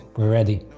we're ready!